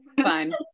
fine